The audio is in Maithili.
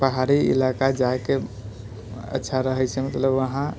पहाड़ी इलाका जाइके अच्छा रहै छै मतलब वहाँ